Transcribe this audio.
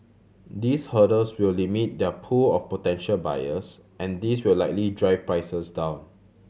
these hurdles will limit their pool of potential buyers and this will likely drive prices down